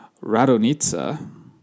Radonitsa